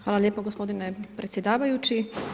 Hvala lijepo gospodine predsjedavajući.